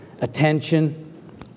attention